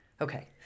Okay